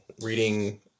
reading